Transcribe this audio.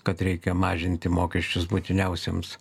kad reikia mažinti mokesčius būtiniausiems